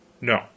No